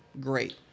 Great